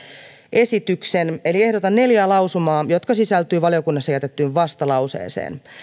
esityksen eli ehdotan neljää lausumaa jotka sisältyvät valiokunnassa jätettyyn vastalauseeseen